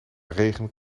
regen